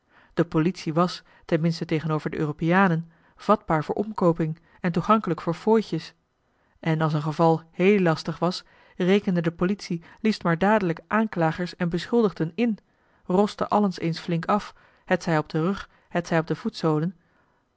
de politie was ten minste tegenover de europeanen vatbaar voor omkooping en toegankelijk voor fooitjes en als een geval heel lastig was rekende de politie liefst maar dadelijk aanklagers en beschuldigden in roste allen eens flink af hetzij op den rug